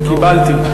קיבלתי.